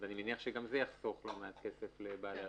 אז אני מניח שגם זה יחסוך לא מעט כסף לבעלי הרישיונות.